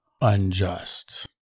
unjust